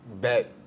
bet